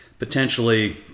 potentially